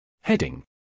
Heading